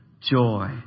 joy